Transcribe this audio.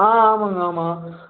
ஆ ஆமாம்ங்க ஆமாம்